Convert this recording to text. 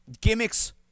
gimmicks